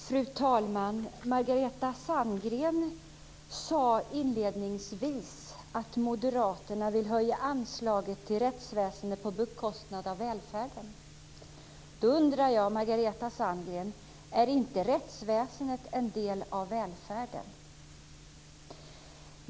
Fru talman! Margareta Sandgren sade inledningsvis att moderaterna vill höja anslaget till rättsväsendet på bekostnad av välfärden. Då undrar jag, Margareta Sandgren, om inte rättsväsendet är en del av välfärden.